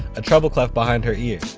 a treble clef behind her ear.